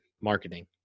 marketing